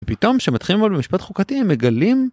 פתאום כשמתחילים ללמוד משפט חוקתי הם מגלים